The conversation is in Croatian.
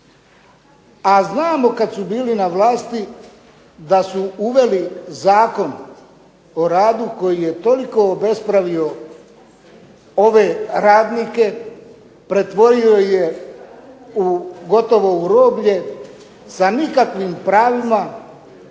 a znamo kad su bili na vlasti da su uveli zakon o radu koji je toliko obespravio ove radnike, pretvorio ih je u gotovo u roblje sa nikakvim pravima,